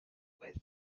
with